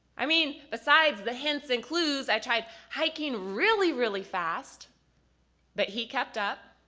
i mean besides the hints and clues i tried hiking really, really fast but he kept up.